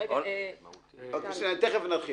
תכף נרחיב.